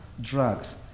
drugs